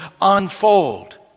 unfold